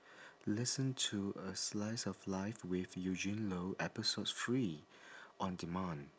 listen to a slice of life with eugene loh episode three on demand